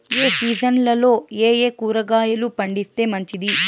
ఏ సీజన్లలో ఏయే కూరగాయలు పండిస్తే మంచిది